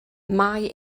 mae